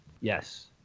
Yes